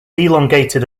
elongated